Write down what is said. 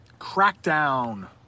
Crackdown